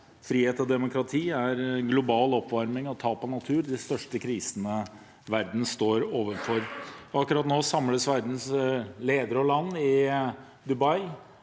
frihet og demokrati er global oppvarming og tap av natur de største krisene verden står overfor. Akkurat nå samles verdens ledere og land i Dubai